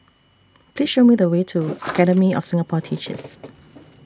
Please Show Me The Way to Academy of Singapore Teachers